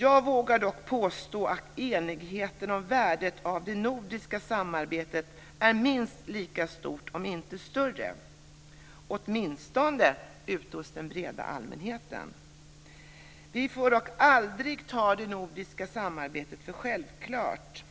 Jag vågar dock påstå att enigheten om värdet av det nordiska samarbetet är minst lika stor om inte större, åtminstone ute hos den breda allmänheten. Vi får dock aldrig ta det nordiska samarbetet för självklart.